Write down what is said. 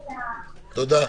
תודה.